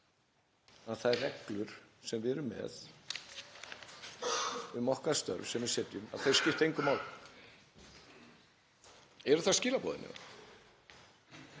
að þær reglur sem við erum með um okkar störf, sem við setjum, að þær skipti engu máli? Eru það skilaboðin?